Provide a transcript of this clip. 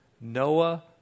Noah